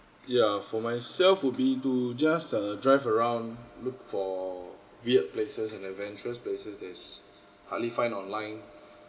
ya for myself would be to just uh drive around look for weird places and adventurous places that's hardly find online